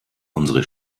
unsere